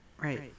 Right